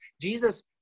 Jesus